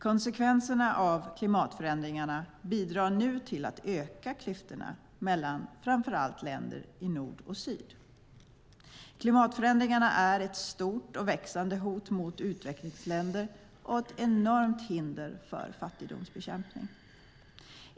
Konsekvenserna av klimatförändringarna bidrar nu till att öka klyftorna mellan framför allt länder i nord och syd. Klimatförändringarna är ett stort och växande hot mot utvecklingsländer och ett enormt hinder för fattigdomsbekämpning.